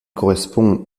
correspond